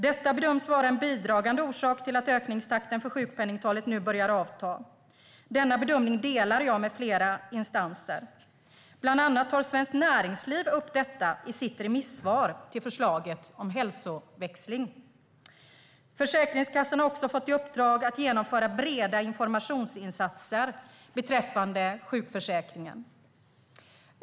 Detta bedöms vara en bidragande orsak till att ökningstakten för sjukpenningtalet nu börjar avta. Denna bedömning delar jag med flera instanser. Bland annat Svenskt Näringsliv tar upp detta i sitt remissvar till förslaget om hälsoväxling. Försäkringskassan har också fått i uppdrag att genomföra breda informationsinsatser beträffande sjukförsäkringen.